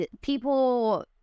people